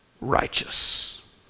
righteous